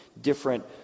different